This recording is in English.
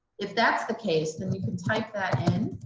if that's the case, then you can type that in